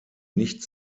nicht